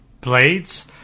blades